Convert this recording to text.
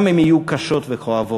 גם אם יהיו קשות וכואבות.